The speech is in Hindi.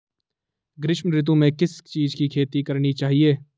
ग्रीष्म ऋतु में किस चीज़ की खेती करनी चाहिये?